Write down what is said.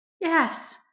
Yes